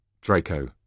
Draco